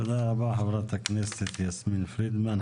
תודה רבה חברת הכנסת יסמין פרידמן.